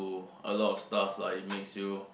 to a lot of stuff lah it makes you